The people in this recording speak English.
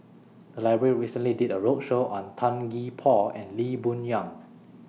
The Library recently did A roadshow on Tan Gee Paw and Lee Boon Yang